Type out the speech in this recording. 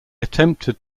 attempted